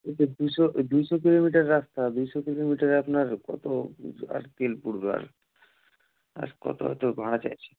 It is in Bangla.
এ তো দুশো দুশো কিলোমিটার রাস্তা দুশো কিলোমিটারে আপনার কত আর তেল পুড়বে আর আর কত কত ভাড়া চাইছেন